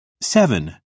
Seven